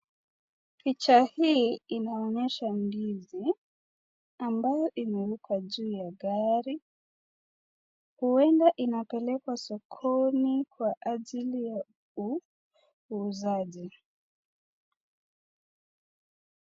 Picha hii inaonyesha ndizi ambayo imewekwa juu ya gari huenda inapelekwa sokoni kwa ajili ya uuzaji.